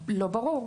לא ברור.